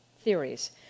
theories